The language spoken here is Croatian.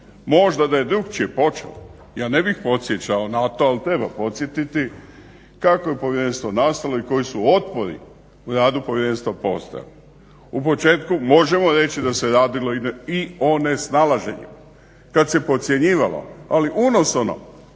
Možda da je drukčije počeo ja ne bih podsjećao na to ali treba podsjetiti kako je povjerenstvo nastalo i koji su otpori u radu povjerenstva postojali. U početku možemo reći da se radilo i o nesnalaženju, kad se podcjenjivalo ali unosono